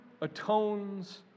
atones